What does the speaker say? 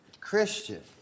Christian